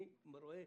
אני רואה,